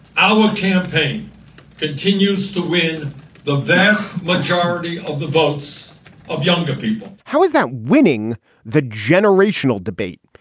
our campaign continues to win the vast majority of the votes of younger people how is that winning the generational debate?